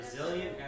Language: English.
resilient